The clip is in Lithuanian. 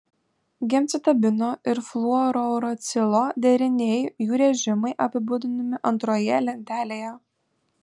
gemcitabino ir fluorouracilo deriniai jų režimai apibūdinami antroje lentelėje